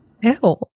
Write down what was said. Ew